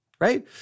right